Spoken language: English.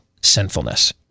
sinfulness